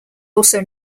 also